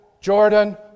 Jordan